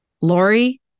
Lori